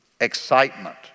excitement